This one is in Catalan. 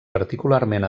particularment